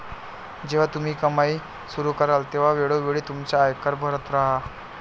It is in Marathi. जेव्हा तुम्ही कमाई सुरू कराल तेव्हा वेळोवेळी तुमचा आयकर भरत राहा